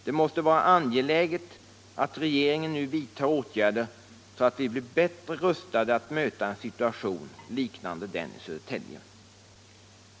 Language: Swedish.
Det måste vara angeläget att regeringen vidtar åtgärder så att vi blir bättre rustade att möta en situation liknande den i Södertälje.